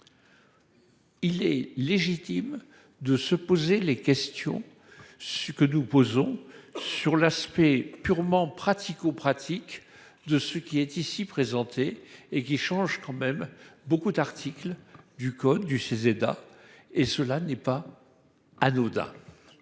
Il est légitime de se poser les questions. Ce que nous posons sur l'aspect purement pratico-pratique de ce qui est ici présenté et qui change quand même beaucoup d'articles du code du Ceseda et cela n'est pas anodin.